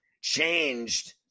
changed